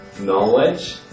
knowledge